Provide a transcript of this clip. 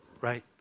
right